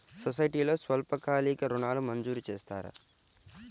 సొసైటీలో స్వల్పకాలిక ఋణాలు మంజూరు చేస్తారా?